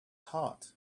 heart